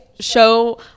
show